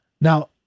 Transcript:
Now